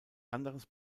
anderes